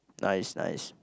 nice nice